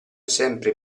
sempre